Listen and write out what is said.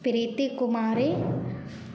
Preeti Kumari